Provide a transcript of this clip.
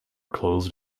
closed